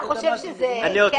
אני חושבת שגם